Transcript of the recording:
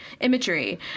imagery